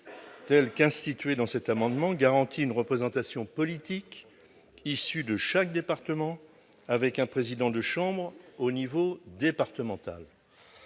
est prévue dans cet amendement garantit une représentation politique issue de chaque département avec un président de chambre de niveau départemental.